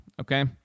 okay